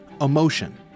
emotion